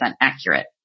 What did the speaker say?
accurate